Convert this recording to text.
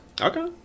Okay